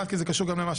אנחנו עוברים,